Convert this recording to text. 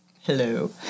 Hello